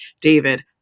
David